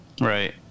Right